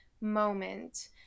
moment